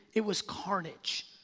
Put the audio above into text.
it was carnage,